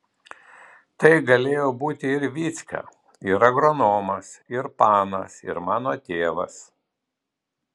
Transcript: tai galėjo būti ir vycka ir agronomas ir panas ir mano tėvas